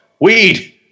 weed